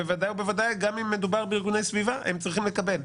גם אם מדובר בארגוני סביבה הם צריכים לקבל.